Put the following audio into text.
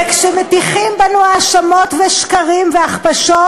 וכשמטיחים בנו האשמות ושקרים והכפשות,